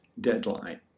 deadline